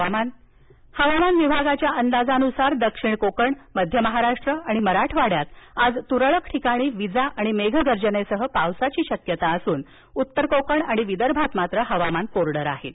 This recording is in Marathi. हवामान हवामान विभागाच्या अंदाजानुसार दक्षिण कोकण मध्य महाराष्ट्र आणि मराठवाड्यात आज तुरळक ठिकाणी विजा आणि मेघगर्जनेसह पाउस पडण्याची शक्यता असून उत्तर कोकण आणि विदर्भात मात्र हवामान कोरड राहील